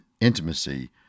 intimacy